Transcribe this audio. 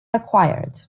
acquired